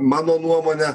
mano nuomone